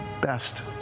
best